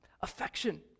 affection